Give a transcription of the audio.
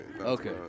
Okay